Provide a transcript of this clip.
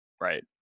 right